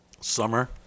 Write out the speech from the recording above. Summer